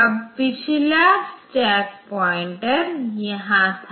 अब पिछला stack pointer यहां था